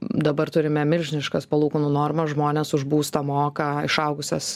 dabar turime milžiniškas palūkanų normas žmonės už būstą moka išaugusias